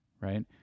right